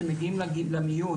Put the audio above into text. שמגיעים נגיד למיון,